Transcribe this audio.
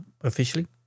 officially